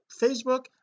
Facebook